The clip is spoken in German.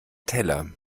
teller